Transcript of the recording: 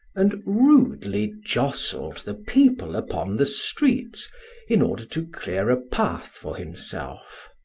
and rudely jostled the people upon the streets in order to clear a path for himself.